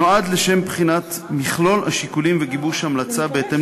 נועד לבחינת מכלול השיקולים וגיבוש המלצה בהתאם